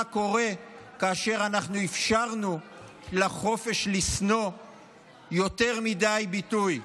קרה כאשר אנחנו אפשרנו לחופש לשנוא יותר מדי ביטוי.